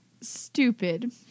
stupid